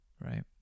Right